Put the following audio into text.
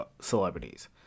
celebrities